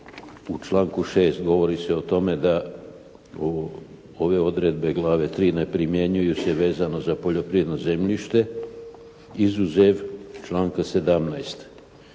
u članku 6. govori se o tome da ovo, ove odredbe glave 3. ne primjenjuju se vezano za poljoprivredno zemljište izuzev članka 17.